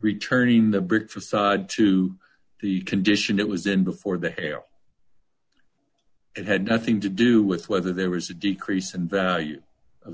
returning the brick facade to the condition it was in before the error it had nothing to do with whether there was a decrease in value of the